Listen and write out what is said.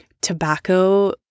Tobacco